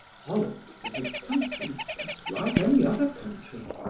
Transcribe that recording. holland was a country just like any other country,